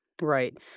Right